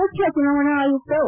ಮುಖ್ಯ ಚುನಾವಣೆ ಆಯುಕ್ತ ಒ